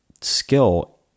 skill